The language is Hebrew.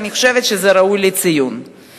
אני חושבת שראוי לציין את זה.